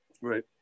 Right